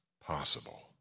possible